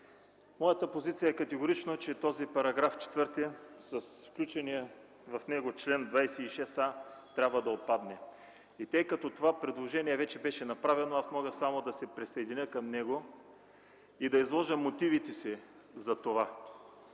Моята позиция е категорична, че § 4 с включения в него чл. 26а трябва да отпадне. Тъй като това предложение вече беше направено, аз мога само да се присъединя към него и да изложа мотивите си.